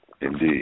Indeed